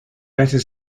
better